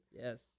Yes